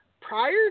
Prior